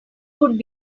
could